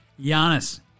Giannis